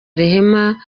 rehema